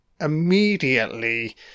immediately